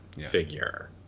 figure